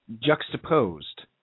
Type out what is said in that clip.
juxtaposed